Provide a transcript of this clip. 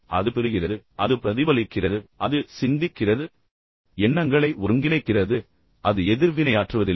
அது பெறுகிறது பின்னர் அது பிரதிபலிக்கிறது அது சிந்திக்கிறது எண்ணங்களை ஒருங்கிணைக்கிறது ஆனால் அது எதிர்வினையாற்றுவதில்லை